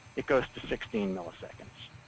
it goes to sixteen milliseconds.